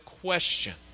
question